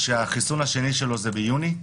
שהחיסון השני שלו הוא ביוני.